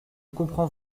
comprend